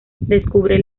descubre